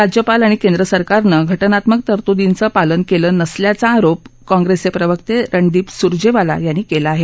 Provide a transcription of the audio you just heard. राज्यपाल आणि केंद्र सरकारनं घटनात्मक तरतुदींचं पालन केला असल्याचा आरोप काँग्रेसचे प्रवक्ते रणदीप सुरजेवाला याप्ती केला आहे